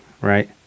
right